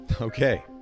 Okay